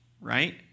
right